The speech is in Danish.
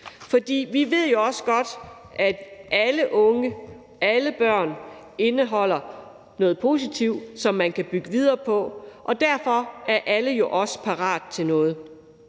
For vi ved jo også godt, at alle unge og alle børn indeholder noget positivt, som man kan bygge videre på, og derfor er alle jo også parat til noget.